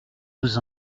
nous